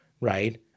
right